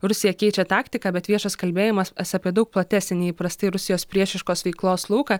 rusija keičia taktiką bet viešas kalbėjimas apie daug platesnį nei įprastai rusijos priešiškos veiklos lauką